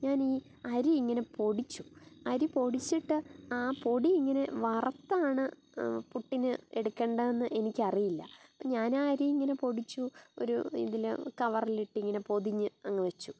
ഞാൻ ഈ അരി ഇങ്ങനെ പൊടിച്ചു അരി പൊടിച്ചിട്ട് ആ പൊടി ഇങ്ങനെ വറുത്താണ് പുട്ടിന് എടുക്കേണ്ടതെന്ന് എനിക്കറിയില്ല അപ്പം ഞാൻ ആ അരി ഇങ്ങനെ പൊടിച്ചു ഒരു ഇതിൽ കവറിൽ ഇട്ടിങ്ങനെ പൊതിഞ്ഞ് അങ്ങ് വച്ചു